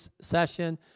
session